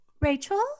Rachel